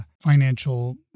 financial